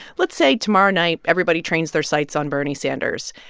let's say tomorrow night, everybody trains their sights on bernie sanders.